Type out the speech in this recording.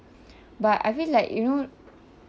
but I feel like you know